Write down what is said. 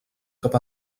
cap